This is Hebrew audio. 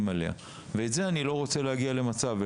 עליה ואני לא רוצה להגיע למצב הזה,